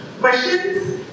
Questions